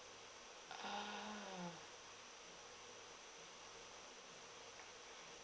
ah